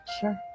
Sure